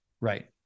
Right